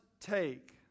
take